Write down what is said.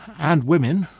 and women,